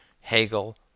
Hegel